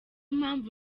mpamvu